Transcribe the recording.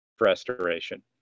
restoration